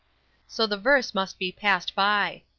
so the verse must be passed by.